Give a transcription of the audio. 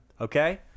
okay